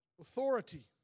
authority